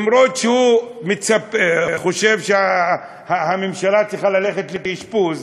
גם אם הוא חושב שהממשלה צריכה ללכת לאשפוז,